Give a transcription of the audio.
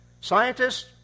Scientists